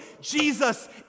Jesus